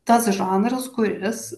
tas žanras kuris